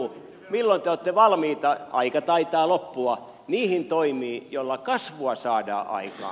milloin te olette valmiita aika taitaa loppua niihin toimiin joilla kasvua saadaan aikaan